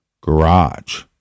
garage